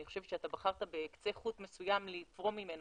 אני חושבת שאתה בחרת בקצה חוט לפרום ממנו